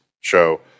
show